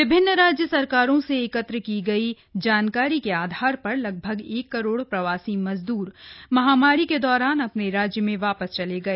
विभिन्न राज्य सरकारों से एकट्र की गई जानकारी के आधार पर लगभग एक करोड़ प्रवासी मजद्र महामारी के दौरान अपने राज्य में वापस चले गए